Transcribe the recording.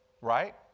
Right